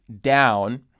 down